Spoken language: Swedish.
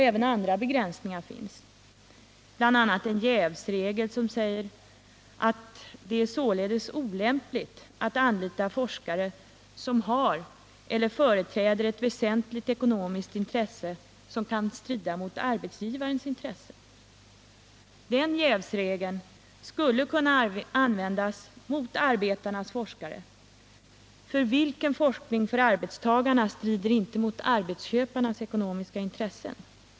Även andra begränsningar finns, bl.a. en jävsregel som säger att det är olämpligt att anlita forskare som har eller företräder ett väsentligt ekonomiskt intresse som kan strida mot arbetsgivarens intressen. Den jävsregeln skulle kunna användas mot arbetarnas forskare — vilken forskning för arbetstagarna strider inte mot arbetsköparnas ekonomiska intressen?